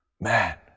man